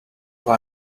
who